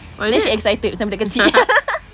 oh then she excited macam budak kecil